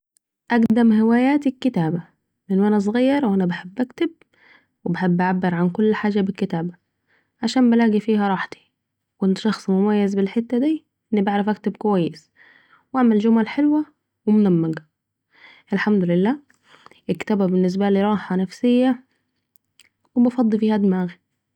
أقدم هواياتي الكتابه من وأنا صغيره وأنا بحب أكتب وبحب اعبر عن كل حاجه بالكتابة علشان بلاقي فيها راحتي ، و كنت شخص مميز بالحته دي أني بعرف اكتب كويس واعمل جمل حلوة و منمقه الحمدلله ، الكتابة بالنسبالي راحه نفسيه و بفضي بها دماغي في